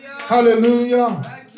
Hallelujah